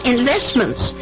Investments